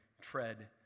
tread